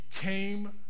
came